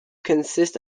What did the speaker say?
consist